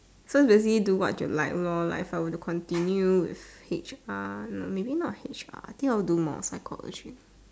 so does he do what you like lor like if I were to continue with H_R no maybe not H_R I think will do more on psychology